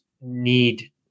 need